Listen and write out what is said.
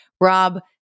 Rob